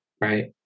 right